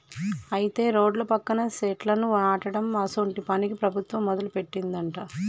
అయితే రోడ్ల పక్కన సెట్లను నాటడం అసోంటి పనిని ప్రభుత్వం మొదలుపెట్టిందట